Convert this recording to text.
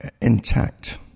Intact